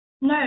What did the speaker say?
no